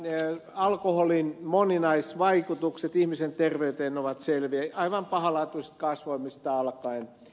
nämä alkoholin moninaisvaikutukset ihmisen terveyteen ovat selviä aivan pahanlaatuisista kasvaimista alkaen